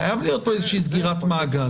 חייב להיות פה איזושהי סגירת מעגל.